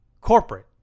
corporate